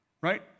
right